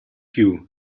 you